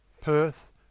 Perth